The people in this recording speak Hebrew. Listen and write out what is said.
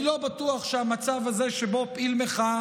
אני לא בטוח שהמצב הזה שבו פעיל מחאה